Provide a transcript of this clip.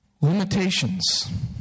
Limitations